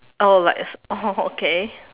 oh like it's oh okay